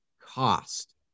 cost